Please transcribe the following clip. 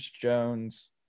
Jones